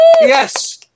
yes